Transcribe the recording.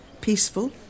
peaceful